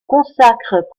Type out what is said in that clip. consacrent